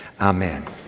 amen